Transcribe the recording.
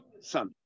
son